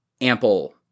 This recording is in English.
ample